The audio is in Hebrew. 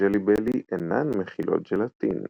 הג'לי בלי אינן מכילות ג'לטין.